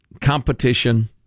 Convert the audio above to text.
competition